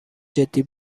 جدی